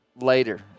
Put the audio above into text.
later